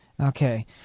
Okay